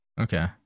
okay